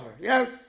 yes